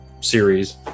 series